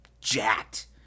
jacked